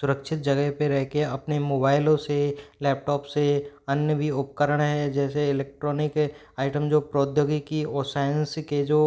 सुरक्षित जगह पर रह कर अपने मोबाइलों से लैपटॉप से अन्य भी उपकरण हैं जैसे इलेक्ट्रॉनिक आइटम जो प्रौद्योगिकी और साइंस के जो